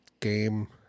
game